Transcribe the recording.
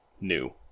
new